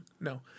No